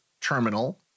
terminal